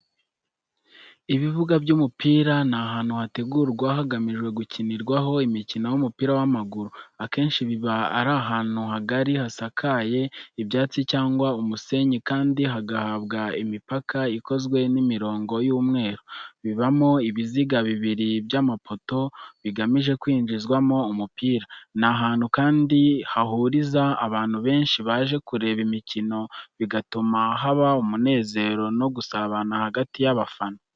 Ibibuga by’umupira ni ahantu hategurwa hagamijwe gukinirwaho imikino y’umupira w’amaguru. Akenshi biba ari ahantu hagari, hasakaye ibyatsi cyangwa umusenyi, kandi hagahabwa imipaka ikozwe n’imirongo y’umweru. Bibamo ibiziga bibiri by’amapoto, bigamije kwinjizwamo umupira. Ni ahantu kandi hahuriza abantu benshi baje kureba imikino, bigatuma haba umunezero no gusabana hagati y’abafana.